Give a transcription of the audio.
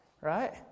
Right